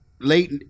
late